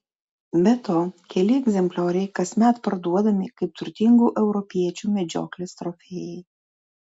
be to keli egzemplioriai kasmet parduodami kaip turtingų europiečių medžioklės trofėjai